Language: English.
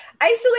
isolate